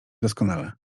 doskonale